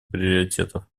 приоритетов